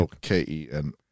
K-E-N